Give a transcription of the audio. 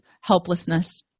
helplessness